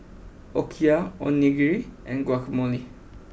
Okayu Onigiri and Guacamole